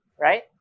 right